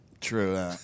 True